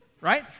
Right